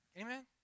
Amen